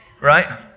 right